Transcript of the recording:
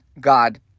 God